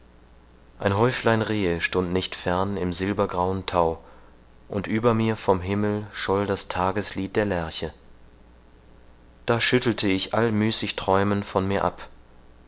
ein häuflein rehe stund nicht fern im silbergrauen thau und über mir vom himmel scholl das tageslied der lerche da schüttelte ich all müßig träumen von mir ab